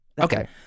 okay